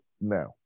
now